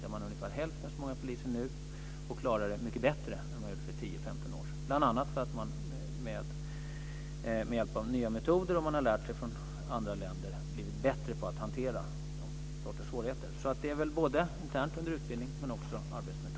Där har man nu ungefär hälften så många poliser och klarar det mycket bättre än för 10 15 år sedan, bl.a. med hjälp av nya metoder och genom att man från andra länder har lärt sig att bli bättre på att hantera denna sorts svårigheter. Det handlar alltså både om den interna utbildningen och om arbetsmetoderna.